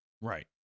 Right